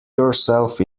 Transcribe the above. yourself